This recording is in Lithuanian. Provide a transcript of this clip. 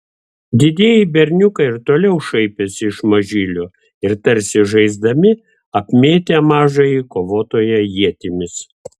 didieji berniukai ir toliau šaipėsi iš mažylio ir tarsi žaisdami apmėtė mažąjį kovotoją ietimis